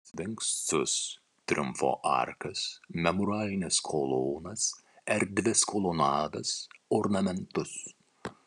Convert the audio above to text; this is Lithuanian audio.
sfinksus triumfo arkas memorialines kolonas erdvias kolonadas ornamentus